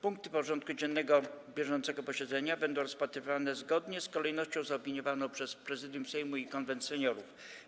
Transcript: Punkty porządku dziennego bieżącego posiedzenia będą rozpatrywane zgodnie z kolejnością zaopiniowaną przez Prezydium Sejmu i Konwent Seniorów.